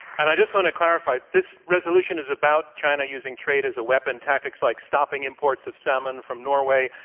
and i just want to clarify, this resolution is about china using trade as a weapon, tactics like stopping imports of salmon from norway,